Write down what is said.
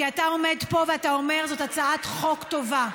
כי אתה עומד פה ואתה אומר: זאת הצעת חוק טובה.